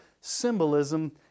symbolism